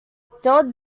stade